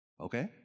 Okay